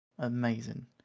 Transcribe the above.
Amazing